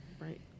Right